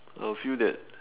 I would feel that